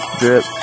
drip